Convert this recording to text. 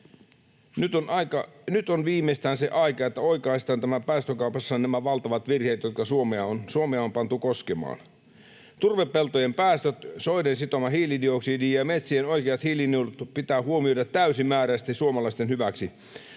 Nyt on viimeistään se aika, että oikaistaan päästökaupassa nämä valtavat virheet, jotka Suomea on pantu koskemaan. Turvepeltojen päästöt, soiden sitoma hiilidioksidi ja metsien oikeat hiilinielut pitää huomioida täysimääräisesti suomalaisten hyväksi.